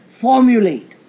formulate